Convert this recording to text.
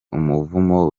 umuvumo